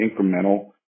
incremental